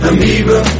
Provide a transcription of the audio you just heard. Amoeba